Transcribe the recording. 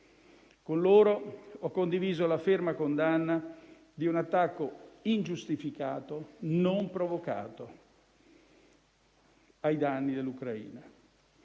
Con loro ho condiviso la ferma condanna di un attacco ingiustificato, non provocato, ai danni dell'Ucraina.